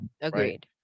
Agreed